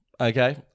okay